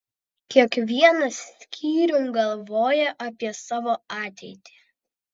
kiekvienas skyrium galvoja apie savo ateitį